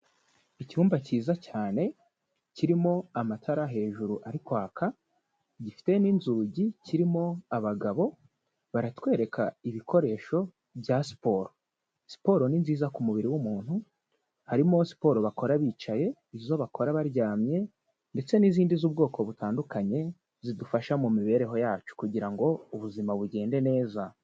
Icyumba cyiza cyane, kirimo amatara hejuru ari kwaka, gifite n'inzugi kirimo abagabo, baratwereka ibikoresho bya siporo, siporo ni nziza ku mubiri w'umuntu, harimo siporo bakora bicaye, izo bakora baryamye ndetse n'izindi z'ubwoko butandukanye zidufasha mu mibereho yacu kugira ngo ubuzima bugende neza.